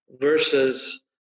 versus